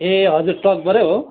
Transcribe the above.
ए हजर टकभरै हो